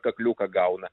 kakliuką gauna